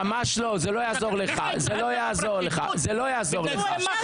בגלל זה מח"ש לא --- די.